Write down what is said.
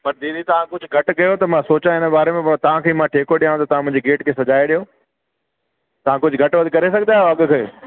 पर दीदी तव्हां कुझु घटि कयो त मां सोचा हिन बारे में पोइ तव्हांखे जेको ॾिया त तव्हां मुंहिंजी गेट खे सजाए ॾियो तव्हां कुझु घटि वधि करे सघंदा आहियो अघ में